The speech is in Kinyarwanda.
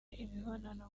imibonano